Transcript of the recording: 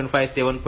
5 7